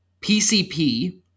PCP